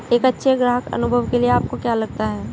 एक अच्छे ग्राहक अनुभव के लिए आपको क्या लगता है?